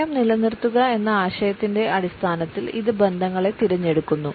സമയം നിലനിർത്തുക എന്ന ആശയത്തിന്റെ അടിസ്ഥാനത്തിൽ ഇത് ബന്ധങ്ങളെ തിരഞ്ഞെടുക്കുന്നു